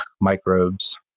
microbes